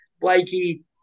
Blakey